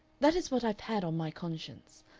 that is what i've had on my conscience.